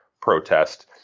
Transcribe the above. protest